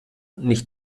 nicht